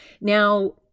Now